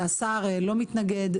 השר לא מתנגד.